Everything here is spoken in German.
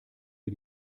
wir